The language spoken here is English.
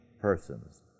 persons